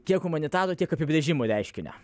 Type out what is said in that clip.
kiek humanitarų tiek apibrėžimų reiškinio